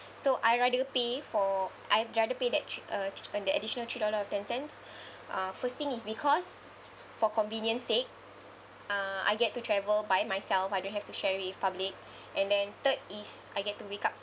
so I rather pay for I've rather pay that thr~ uh th~ the additional three dollar or ten cents uh first thing is because for convenience sake uh I get to travel by myself I don't have to share with public and then third is I get to wake up